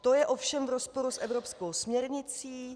To je ovšem v rozporu s evropskou směrnicí.